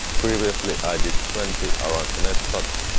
previously i did twenty around the net shots.